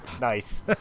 Nice